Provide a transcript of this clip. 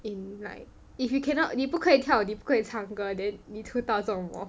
in like if you cannot 你不可以跳你不可以唱歌 then 你出道做什么